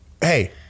hey